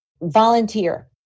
volunteer